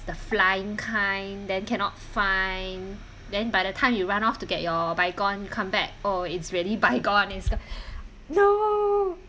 the flying kind then cannot find then by the time you ran off to get your Baygon comeback oh it's really bye gone no